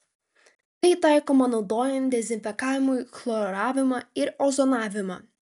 tai taikoma naudojant dezinfekavimui chloravimą ir ozonavimą